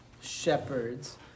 shepherds